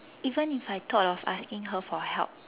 even if I thought of asking her for help